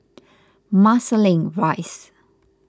Marsiling Rise